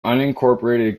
unincorporated